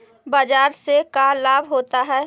बाजार से का लाभ होता है?